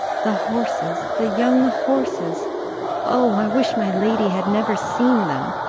the horses the young horses oh, i wish my lady had never seen them.